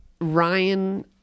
ryan